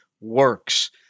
works